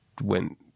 went